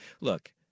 Look